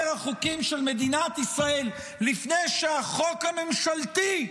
החוקים של מדינת ישראל לפני שהחוק הממשלתי,